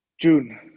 June